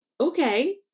okay